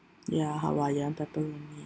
ya hawaiian pepperoni